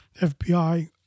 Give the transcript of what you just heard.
FBI